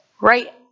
right